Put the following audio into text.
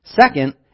Second